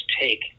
take